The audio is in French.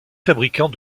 fabricant